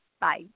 Bye